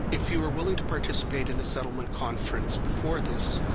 if you are willing to participate in a settlement conference before this,